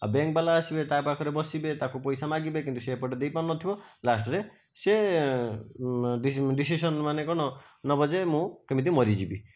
ଆଉ ବ୍ୟାଙ୍କ ବାଲା ଆସିବେ ତା ପାଖରେ ବସିବେ ତାକୁ ପଇସା ମାଗିବେ କିନ୍ତୁ ସେ ଏପଟୁ ଦେଇପାରୁ ନଥିବ ଲାଷ୍ଟରେ ସେ ଡିସି ଡିସିସନ୍ ମାନେ କଣ ନେବ ଯେ ମୁଁ କେମିତି ମରିଯିବି